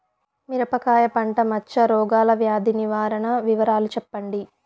మిరపకాయ పంట మచ్చ రోగాల వ్యాధి నివారణ వివరాలు చెప్పండి?